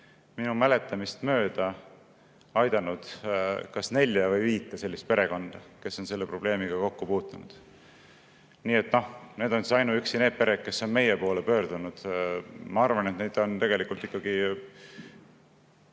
minu mäletamist mööda aidanud kas nelja või viite perekonda, kes on selle probleemiga kokku puutunud. Need on ainuüksi need pered, kes on meie poole pöördunud. Ma arvan, et neid on tegelikult väga